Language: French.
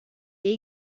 est